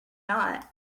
not